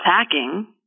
attacking